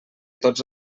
tots